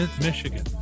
Michigan